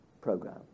program